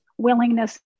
willingness